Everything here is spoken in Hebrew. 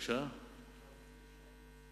כבר לפני שתי כנסות.